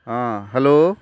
ହଁ ହେଲୋ